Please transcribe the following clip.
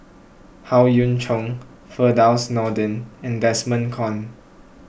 Howe Yoon Chong Firdaus Nordin and Desmond Kon